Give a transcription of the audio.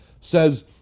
says